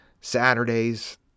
Saturdays